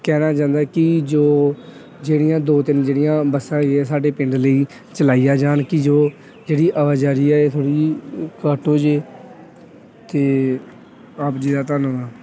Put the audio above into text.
ਕਹਿਣਾ ਚਾਹੁੰਦਾ ਕਿ ਜੋ ਜਿਹੜੀਆਂ ਦੋ ਤਿੰਨ ਜਿਹੜੀਆਂ ਬੱਸਾਂ ਹੈਗੀਆਂ ਸਾਡੇ ਪਿੰਡ ਲਈ ਚਲਾਈਆਂ ਜਾਣ ਕਿ ਜੋ ਜਿਹੜੀ ਆਵਾਜਾਈ ਹੈ ਇਹ ਥੋੜ੍ਹੀ ਜਿਹੀ ਘੱਟ ਹੋ ਜੇ ਅਤੇ ਆਪ ਜੀ ਦਾ ਧੰਨਵਾਦ